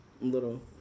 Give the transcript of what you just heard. little